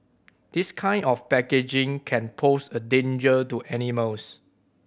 this kind of packaging can pose a danger to animals